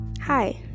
Hi